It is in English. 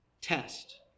test